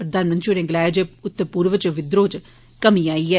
प्रधानमंत्री होरें गलाया जे उत्तर पूर्व इच विद्रोह इच कमी आई ऐ